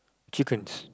chickens